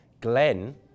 Glenn